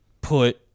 put